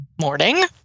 morning